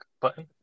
button